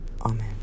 Amen